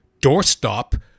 doorstop